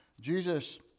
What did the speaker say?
Jesus